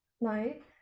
night